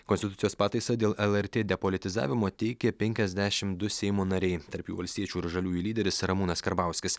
konstitucijos pataisa dėl lrt depolitizavimo teikė penkiasdešim du seimo nariai tarp jų valstiečių ir žaliųjų lyderis ramūnas karbauskis